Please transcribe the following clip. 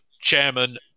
chairman